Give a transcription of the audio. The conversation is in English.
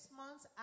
months